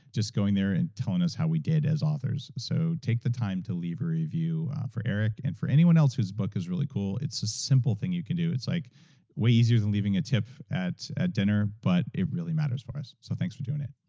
just going there and telling us how we did as authors, so take the time to leave a review for eric and for anyone else whose book is really cool. it's a simple thing you can do. it's like way easier than leaving a tip at at dinner, but it really matters for us, so thanks for doing it.